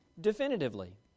definitively